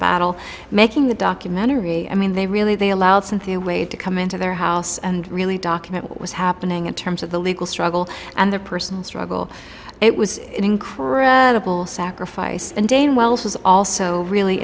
battle making the documentary i mean they really they allowed cynthia wade to come into their house and really document what was happening in terms of the legal struggle and the personal struggle it was an incredible sacrifice and dane welch was also really